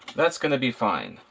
that's going to be fine.